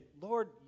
Lord